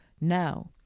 Now